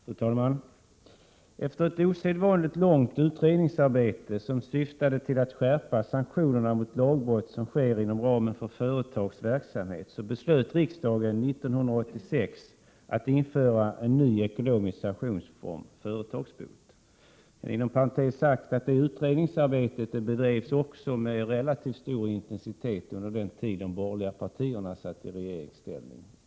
Fru talman! Efter ett osedvanligt långt utredningsarbete som syftade till att skärpa sanktionerna mot lagbrott som sker inom ramen för företags verksamhet beslutade riksdagen år 1986 att införa en ny ekonomisk sanktionsform — företagsbot. Inom parentes sagt bedrevs också ett utredningsarbete med samma syfte med relativt stor intensitet under den tid de borgerliga partierna satt i regeringsställning.